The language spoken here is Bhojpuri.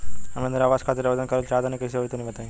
हम इंद्रा आवास खातिर आवेदन करल चाह तनि कइसे होई तनि बताई?